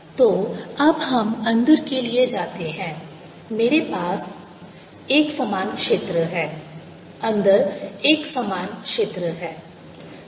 ds4π3R3r2sinθcosϕ तो अब हम अंदर के लिए जाते हैं मेरे पास एकसमान क्षेत्र है अंदर एकसमान क्षेत्र है